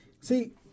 See